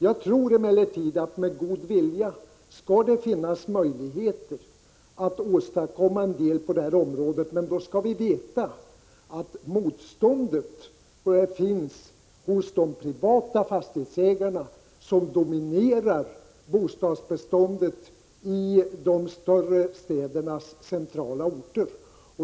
Finns det en god vilja bör det emellertid finnas möjligheter att åstadkomma en del på detta område. Men då skall vi veta att motståndet finns hos de privata fastighetsägarna, som dominerar bostadsbeståndet i de större städernas centrala delar.